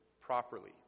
properly